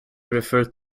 referred